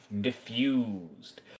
diffused